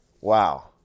wow